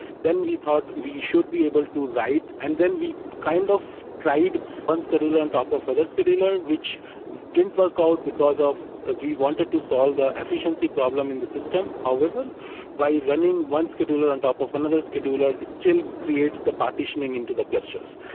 then we thought we should be able to write and then we kind of tried one scheduler on top of other scheduler, which didn't work out because ah we wanted to solve the efficiency problem in the system. however by running one scheduler on top of another scheduler still creates the partitioning into the clusters,